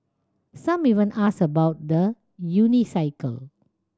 some even ask about the unicycle